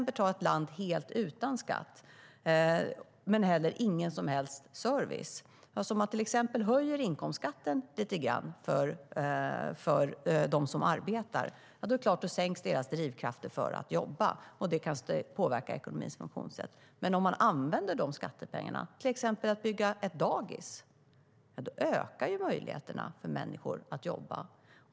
Ett land helt utan skatt har inte heller någon som helst service. Om inkomstskatten höjs lite grann för dem som arbetar sänks deras drivkrafter för att jobba, och det kan påverka ekonomins funktionssätt. Men om skattepengarna används till att till exempel bygga ett dagis ökar möjligheterna för människor att jobba.